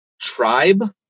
tribe